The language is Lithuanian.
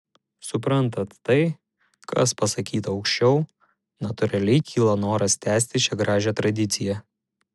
suprantant tai kas pasakyta aukščiau natūraliai kyla noras tęsti šią gražią tradiciją